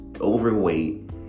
overweight